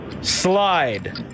Slide